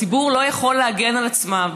הציבור לא יכול להגן על עצמו,